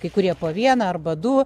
kai kurie po vieną arba du